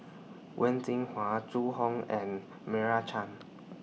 Wen Jinhua Zhu Hong and Meira Chand